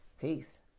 Peace